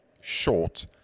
short